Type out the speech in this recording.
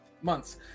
months